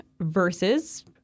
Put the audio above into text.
versus